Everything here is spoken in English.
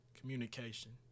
communication